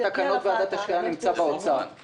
תקנות ועדת השקעות נמצאות במשרד האוצר.